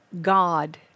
God